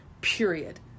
period